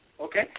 okay